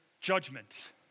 judgment